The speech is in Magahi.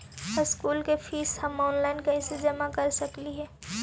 स्कूल के फीस हम ऑनलाइन कैसे जमा कर सक हिय?